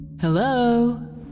Hello